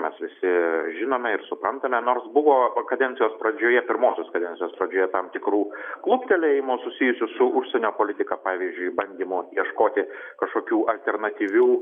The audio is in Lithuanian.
mes visi žinome ir suprantame nors buvo kadencijos pradžioje pirmosios kadencijos pradžioje tam tikrų kluptelėjimų susijusių su užsienio politika pavyzdžiui bandymo ieškoti kažkokių alternatyvių